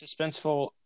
suspenseful